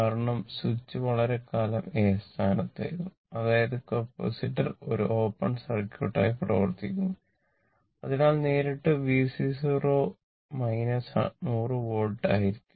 കാരണം സ്വിച്ച് വളരെക്കാലം A സ്ഥാനത്തായിരുന്നു അതായത് കപ്പാസിറ്റർ ഒരു ഓപ്പൺ സർക്യൂട്ടായി പ്രവർത്തിക്കുന്നു അതിനാൽ നേരിട്ട് VC 0 100 വോൾട്ട് ആയിരിക്കും